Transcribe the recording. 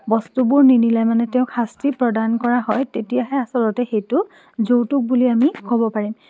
বস্তুবোৰ নিনিলে মানে তেওঁক শাস্তি প্ৰদান কৰা হয় তেতিয়াহে আচলতে সেইটো যৌতুক বুলি আমি ক'ব পাৰিম